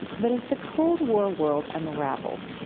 but as the cold war world unraveled,